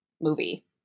movie